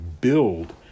build